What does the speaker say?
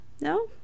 No